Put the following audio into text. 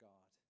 God